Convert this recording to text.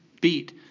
beat